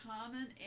common